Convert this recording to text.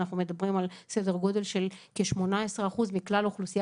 אנחנו מדברים על סדר גודל של כ-18% מכלל האוכלוסייה